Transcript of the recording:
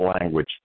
language